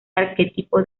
arquetipo